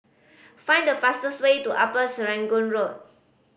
find the fastest way to Upper Serangoon Road